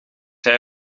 hij